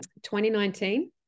2019